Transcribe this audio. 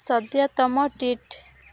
ସଦ୍ୟତମ ଟ୍ୱିଟ୍